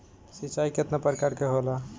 सिंचाई केतना प्रकार के होला?